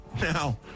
Now